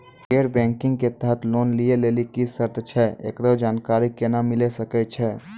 गैर बैंकिंग के तहत लोन लए लेली की सर्त छै, एकरो जानकारी केना मिले सकय छै?